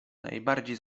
najbardziej